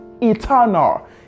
eternal